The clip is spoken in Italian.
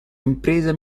impresa